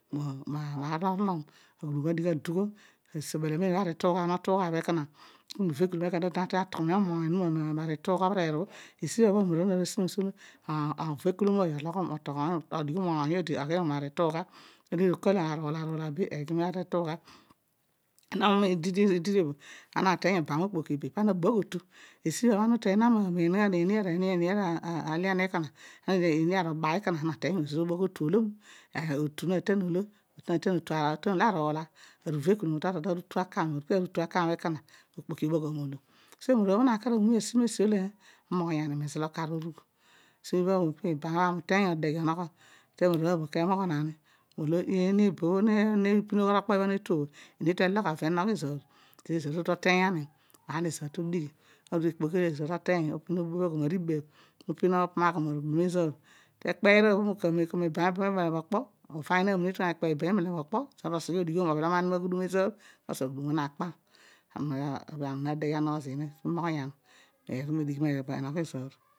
Maar olo orulom ibel amen bho ari itugha ibho mo tuugha, ana uvekulom ekona ana ta tueni atughumion oony onuma mi tuughe obhereer obho, kedio esibha uvekulom ooy ologhom moony odi meesi utuugha, urula urula benaan obho obho na ididi bho ara uteeny obam okpoki bee pana na abogh otu, esibha bho ana uteeny nani mobam okpoki ezo omima obogh otu olo ora obho adighi le eghe ana abua okpo me miikany tadi ghi ezo obogh otu olomu, otu akam okona ezo obogh olomu, aghudumo obho na kar akpar agei so emararooy bho na kor anweghian, aam umoghin bkos aghudum bho na kpar kedio ami nadeghe manogho imoghonya meru medighi menogho ezoor.